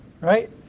right